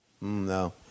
No